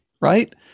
right